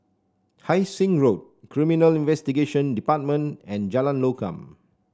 Hai Sing Road Criminal Investigation Department and Jalan Lokam